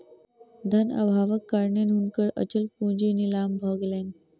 धन अभावक कारणेँ हुनकर अचल पूंजी नीलाम भ गेलैन